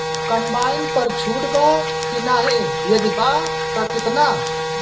Combine पर छूट बा की नाहीं यदि बा त केतना?